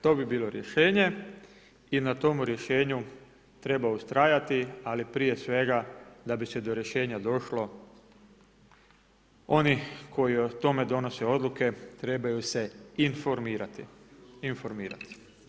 To bi bilo rješenje i na tomu rješenju treba ustrajati, ali prije svega da bi se do rješenja došlo oni koji o tome donose odluke trebaju se informirati.